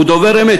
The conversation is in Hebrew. הוא דובר אמת.